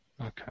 Okay